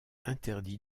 interdit